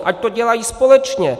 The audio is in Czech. Ať to dělají společně!